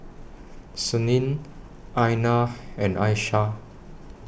Senin Aina and Aisyah